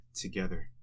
together